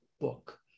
book